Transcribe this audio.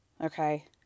Okay